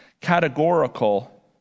categorical